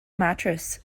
mattress